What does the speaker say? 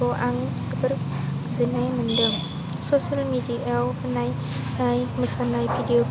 अ आं जोबोर गोजोन्नाय मोन्दों ससियेल मेडियायाव होनाय मोसानाय भिडिअ